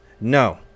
No